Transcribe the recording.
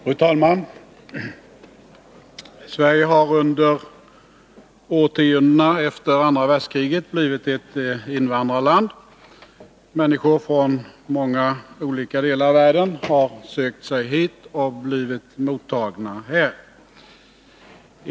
Fru talman! Sverige har under årtiondena efter andra världskriget blivit ett invandrarland. Människor från många olika delar av världen har sökt sig hit och blivit mottagna här.